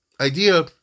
idea